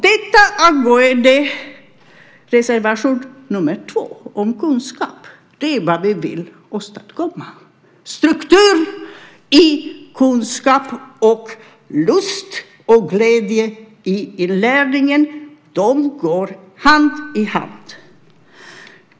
Detta angående reservation nr 2, om kunskap. Det är vad vi vill åstadkomma. Struktur i kunskap och lust och glädje i inlärningen. De går hand i hand.